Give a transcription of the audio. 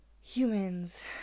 humans